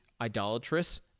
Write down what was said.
idolatrous